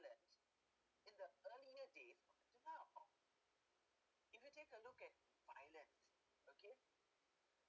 in the early days compare to now if you take a look at violence okay